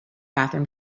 bathroom